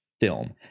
film